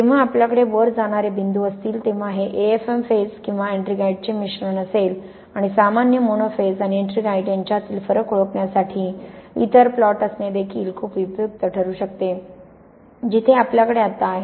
जेव्हा आपल्याकडे वर जाणारे बिंदू असतील तेव्हा हे AFm फेज किंवा एट्रिंगाईटचे मिश्रण असेल आणि सामान्य मोनो फेज आणि एट्रिंगाईट यांच्यातील फरक ओळखण्यासाठी इतर प्लॉट असणे देखील खूप उपयुक्त ठरू शकते जिथे आपल्याकडे आता आहे